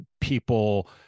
people